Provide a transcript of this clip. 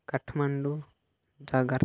Kathmandu Jakarta